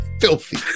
filthy